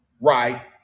right